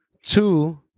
two